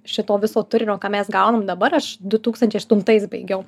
šito viso turinio ką mes gaunam dabar aš du tūkstančiai aštuntais baigiau